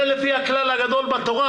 זה לפי הכלל הגדול בתורה,